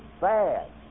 bad